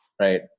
Right